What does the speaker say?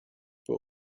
but